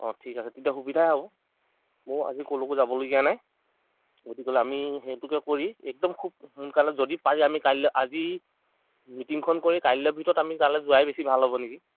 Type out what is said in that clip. অ' ঠিক আছে তেতিয়া সুবিধা হ'ব মইও আজি ক'লৈকো যাবলগীয়া নাই গতিকে আমি সেইটোকে কৰি একদম খুব সোনকালে যদি পাৰে আমি কাইলৈ আজি মিটিঙখন কৰি কাইলৈ ভিতৰত আমি তালৈ যোৱাই বেছি ভাল হ'ব নেকি